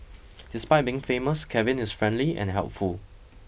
despite being famous Kevin is friendly and helpful